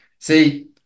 See